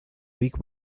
week